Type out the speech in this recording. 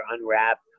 unwrapped